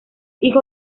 hijo